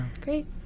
Great